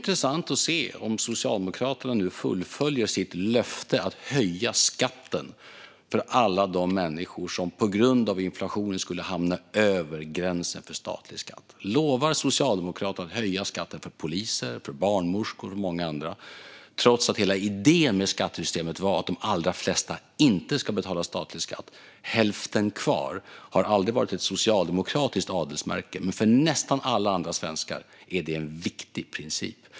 Herr talman! Det blir intressant att se om Socialdemokraterna nu fullföljer sitt löfte om att höja skatten för alla de människor som på grund av inflationen skulle hamna över gränsen för statlig skatt. Lovar Socialdemokraterna att höja skatten för poliser, för barnmorskor och för många andra trots att hela idén med skattesystemet var att de allra flesta inte ska betala statlig skatt? "Hälften kvar" har aldrig varit ett socialdemokratiskt adelsmärke, men för nästan alla andra svenskar är det en viktig princip.